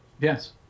Yes